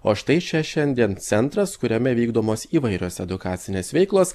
o štai čia šiandien centras kuriame vykdomos įvairios edukacinės veiklos